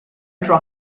ultra